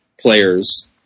players